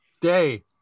day